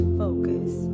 focus